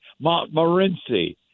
Montmorency